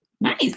Nice